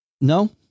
No